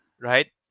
right